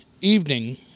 evening